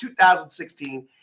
2016